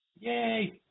Yay